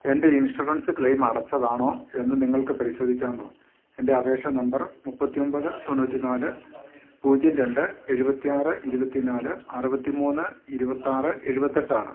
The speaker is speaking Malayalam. എന്റെ ഇൻഷുറൻസ് ക്ലെയിം അടച്ചതാണോ എന്നു നിങ്ങൾക്കു പരിശോധിക്കാമോ എന്റെ അപേക്ഷാ നമ്പർ മുപ്പത്തിയൊൻപത് തൊണ്ണൂറ്റി നാല് പൂജ്യം രണ്ട് എഴുപത്തിയാറ് ഇരുപത്തി നാല് അറുപത്തി മൂന്ന് ഇരുപത്തിയാറ് എഴുപത്തിയെട്ടാണ്